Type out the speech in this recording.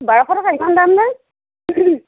বাৰশ টকা ইমান দামনে